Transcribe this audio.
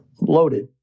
loaded